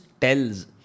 tells